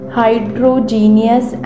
hydrogenous